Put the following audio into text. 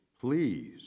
please